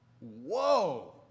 whoa